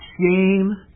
shame